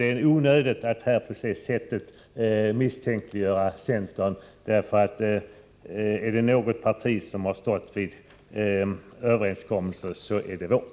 Det är onödigt att här misstänkliggöra centern. Om något parti har stått vid överenskommelser är det vårt!